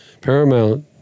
Paramount